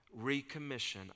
recommission